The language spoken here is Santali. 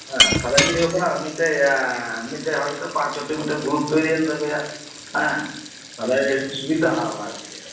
ᱛᱟᱦᱚᱞᱮ ᱪᱮᱫ ᱦᱩᱭᱩᱜ ᱠᱟᱱᱟ ᱢᱤᱴᱮᱡ ᱢᱤᱴᱮᱡ ᱯᱟᱸᱪ ᱪᱪᱷᱚᱴᱤ ᱜᱩᱨᱩᱯ ᱛᱳᱭᱨᱤᱭᱮᱱ ᱛᱟᱯᱮᱭᱟ ᱦᱮᱸ ᱛᱟᱦᱚᱞᱮ ᱤᱧ ᱥᱩᱵᱤᱛᱟᱜᱼᱟ ᱟᱨ ᱪᱮᱫ